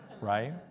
right